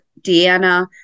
Deanna